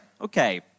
okay